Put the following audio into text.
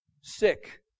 Sick